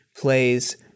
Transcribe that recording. plays